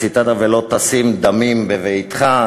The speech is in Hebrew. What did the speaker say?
ציטטת: "ולא תשים דמים בביתך",